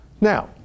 Now